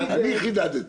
אני חידדתי.